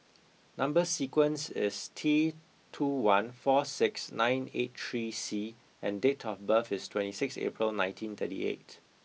number sequence is T two one four six nine eight three C and date of birth is twenty sixth April nineteen thirty eight